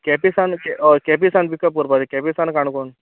केंपे सान होय केंपे सावन पिकप करपा जाय केंपे सावन काणकोण